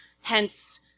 hence